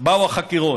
באו החקירות.